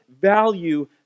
value